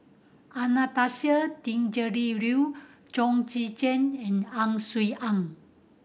Anastasia Tjendri Liew Chong Tze Chien and Ang Swee Aun